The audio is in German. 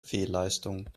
fehlleistung